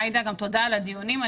עאידה, תודה על הדיונים.